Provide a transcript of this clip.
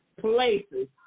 places